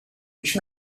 which